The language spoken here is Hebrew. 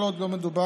כל עוד לא מדובר